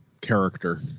character